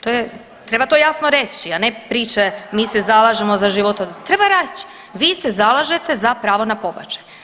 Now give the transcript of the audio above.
To je, treba to jasno, a ne priče mi se zalažemo za život, treba reći, vi se zalažete za pravo na pobačaj.